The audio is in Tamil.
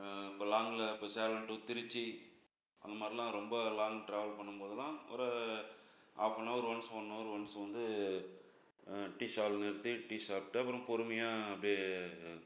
இப்போ லாங்கில் இப்போ சேலம் டு திருச்சி அந்த மாதிரிலாம் ரொம்ப லாங் ட்ராவல் பண்ணும்போதெல்லாம் ஒரு ஆஃபனவர் ஒன்ஸ் ஒன்னவர் ஒன்ஸு வந்து டீ ஸ்டால்ல நிறுத்தி டீ சாப்பிட்டு அப்புறம் பொறுமையாக அப்படியே